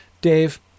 Dave